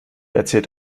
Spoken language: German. erzielt